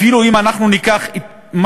אפילו אם אנחנו ניקח מה